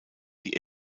die